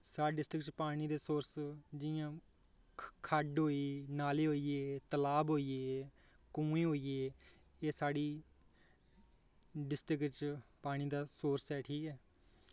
साढ़ी डिस्ट्रिक च पानी दे सोर्स जि'यां खड्ढ होई गेई नाले होई गे तलाऽ होई गे कुएं होई ग एह् साढ़ी डिस्ट्रिक बिच पानी दा सोर्स ऐ ठीक ऐ